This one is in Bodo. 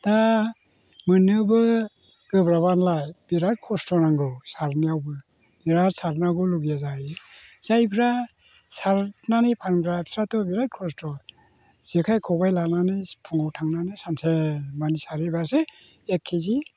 दा मोननोबो गोब्राबालाय बिराद खस्त' नांगौ सारनायावबो बिराद सारनांगौ लगिया जायो जायफोरा सारनानै फानग्रा बिसोरहाथ' बिराद खस्त' जेखाइ खबाइ लानानै फुङाव थांनानै सानसेमानि सारहैबासो एक के जि